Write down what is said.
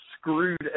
screwed